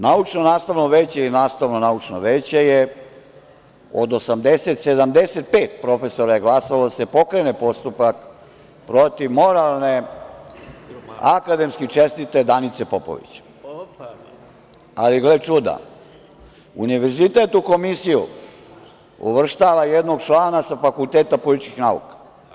Naučno-nastavno veće je od 80, 75 profesora je glasalo da se pokrene postupak protiv moralne akademski čestite Danice Popović, ali, gle čuda, univerzitet u komisiju uvrštava jednog člana sa Fakulteta političkih nauka.